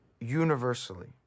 universally